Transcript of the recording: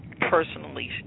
personally